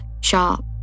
sharp